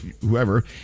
whoever